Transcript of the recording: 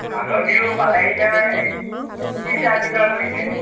মাঘৰ বিহু পালেহি নহয় কি যা যোগাৰ কৰিছে